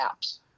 apps